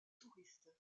touristes